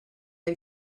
had